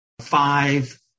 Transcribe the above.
Five